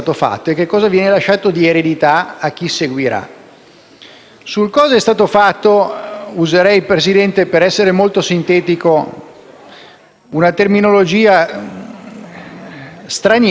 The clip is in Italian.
Sul cosa è stato fatto, signor Presidente, per essere molto sintetico userei una terminologia straniera, che però in questi giorni va molto di moda: *fake news*.